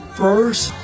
first